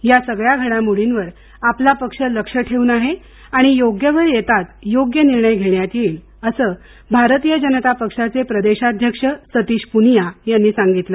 या सगळ्या घडामोडींवर आपला पक्ष लक्ष ठेवून आहे आणि योग्य वेळ येताच योग्य निर्णय घेण्यात येईल असं भारतीय जनता पक्षाचे प्रदेशाध्यक्ष सतीश पुनिया यांनी सांगितलं